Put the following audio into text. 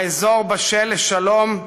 האזור בשל לשלום,